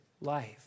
life